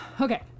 Okay